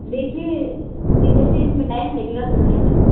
देखिए टीचर जी इसमें टाइम लगेगा सिलने में